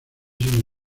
sin